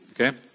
Okay